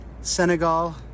Senegal